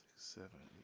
seven,